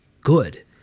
good